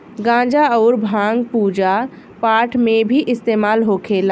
गांजा अउर भांग पूजा पाठ मे भी इस्तेमाल होखेला